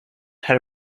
her